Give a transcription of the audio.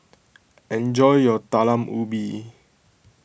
enjoy your Talam Ubi